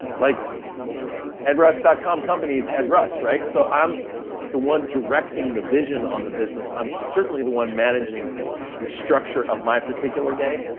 like edrush com, company is ed rush, right? so i'm the one directing the vision on the business. i'm certainly the one managing the structure of my particular day,